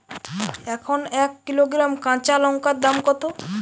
এখন এক কিলোগ্রাম কাঁচা লঙ্কার দাম কত?